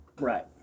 Right